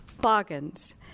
bargains